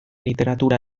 literatura